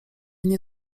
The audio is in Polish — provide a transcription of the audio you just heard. nie